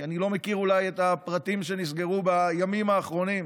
כי אני לא מכיר את הפרטים שאולי נסגרו בימים האחרונים,